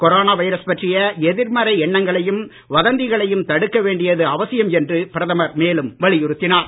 corona virus பற்றிய எதிர்மறை எண்ணங்களையும் வதந்திகளையும் தடுக்க வேண்டியது அவசியம் என்று பிரதமர் மேலும் வலியுறுத்தினார்